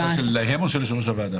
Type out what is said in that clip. זאת בקשה שלהם או של יושב-ראש הוועדה?